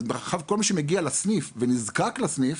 אז כל מי שמגיע לסניף ונזקק לסניף